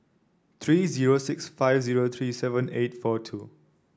three zero six five zero three seven eight four two